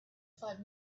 five